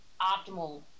optimal